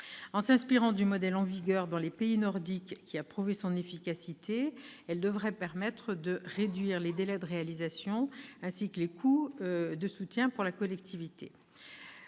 En s'inspirant du modèle en vigueur dans les pays nordiques, qui a prouvé son efficacité, elle devrait permettre de réduire les délais de réalisation ainsi que les coûts de soutien pour la collectivité.